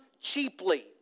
cheaply